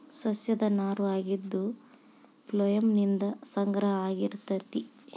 ಸಸ್ಯದ ನಾರು ಆಗಿದ್ದು ಪ್ಲೋಯಮ್ ನಿಂದ ಸಂಗ್ರಹ ಆಗಿರತತಿ